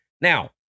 Now